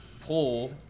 pull